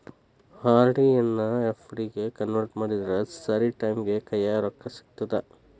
RD ಎನ್ನಾ FD ಗೆ convert ಮಾಡಿದ್ರ ಸರಿ ಟೈಮಿಗಿ ಕೈಯ್ಯಾಗ ರೊಕ್ಕಾ ಸಿಗತ್ತಾ